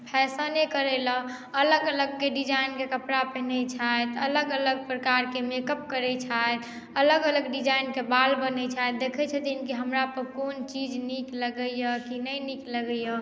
फैशने करय लेल अलग अलगके डिजाइनके कपड़ा पहिरैत छथि अलग अलग प्रकारके मेकअप करैत छथि अलग अलग डिजाइनके बाल बन्हैत छथि देखैत छथिन कि हमरापर कोन चीज नीक लगैए की नहि नीक लगैए